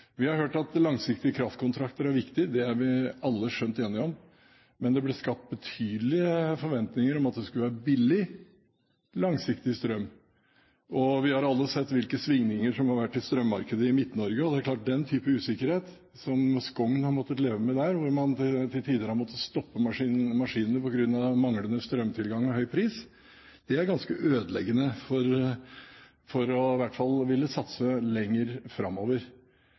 Vi har hørt at langsiktige kraftkontrakter er viktige. Det er vi alle skjønt enige om. Men det ble skapt betydelige forventninger om at det skulle være billig, langsiktig strøm. Vi har alle sett hvilke svingninger som har vært i strømmarkedet i Midt-Norge, og det er klart at den typen usikkerhet som Skogn har måttet leve med, hvor man til tider har måttet stoppe maskinene på grunn av manglende strømtilgang og høy pris, er ganske ødeleggende for i hvert fall å ville satse lenger framover.